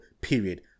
period